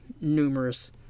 numerous